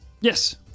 Yes